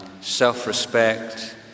self-respect